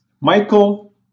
Michael